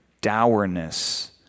Dourness